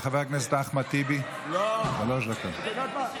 חבר הכנסת אחמד טיבי, שלוש דקות.